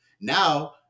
Now